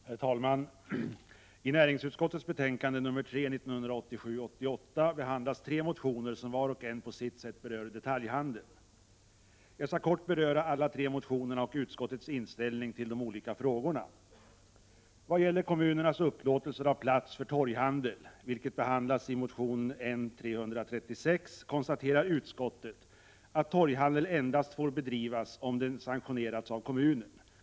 Herr talman! I näringsutskottets betänkande 1987/88:3 behandlas tre motioner som var och en på sitt sätt berör detaljhandeln. Jag skall kort beröra alla tre motionerna och utskottets inställning i de olika frågorna. Vad gäller kommunernas upplåtelser av plats för torghandel, vilket behandlas i motion N336, konstaterar utskottet att torghandel endast får bedrivas om den sanktionerats av kommunen.